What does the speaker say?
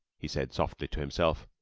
he said softly to himself,